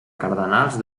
cardenals